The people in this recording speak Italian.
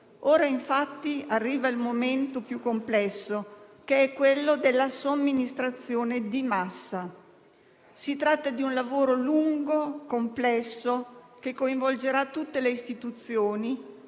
Ora, infatti, arriva il momento più complesso, quello della somministrazione di massa: si tratta di un lavoro lungo e complesso, che coinvolgerà tutte le istituzioni